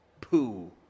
poo